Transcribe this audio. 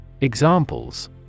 Examples